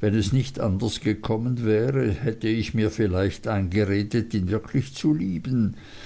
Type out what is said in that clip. wenn es nicht anders gekommen wäre hätte ich mir vielleicht eingeredet ihn wirklich zu lieben